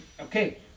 okay